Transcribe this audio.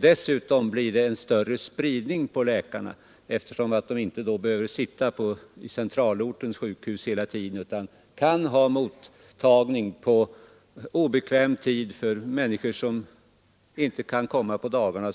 Dessutom blir det en större spridning på läkarna, eftersom de inte hela tiden behöver sitta på centralortens sjukhus utan kan ha mottagning på obekväm tid för människor som inte kan komma på dagarna.